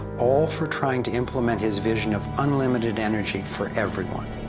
all for trying to implement his vision of unlimited energy for everyone.